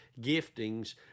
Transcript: giftings